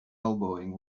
elbowing